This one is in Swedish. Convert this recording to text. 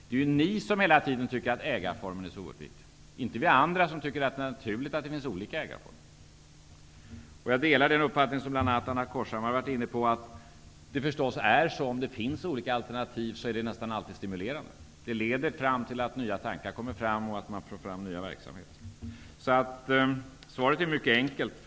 Det är ni som hela tiden tyckt att ägarformen är så oerhört viktig, inte vi andra som tycker att det är naturligt att det finns olika ägarformer. Jag delar den uppfattning som Anna Corshammar Bojerud har varit inne på, att det nästan alltid är stimulerande att det finns olika alternativ. Det leder till att nya tankar kommer fram och att man får fram nya verksamheter. Svaret är mycket enkelt.